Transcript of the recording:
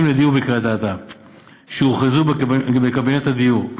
לדיור בקריית אתא שהוכרזו בקבינט הדיור.